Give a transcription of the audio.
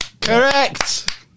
Correct